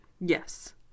Yes